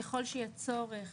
ככל שיהיה צורך